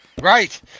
right